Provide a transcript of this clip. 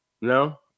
No